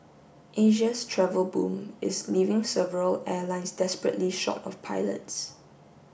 Asia's travel boom is leaving several airlines desperately short of pilots